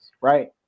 right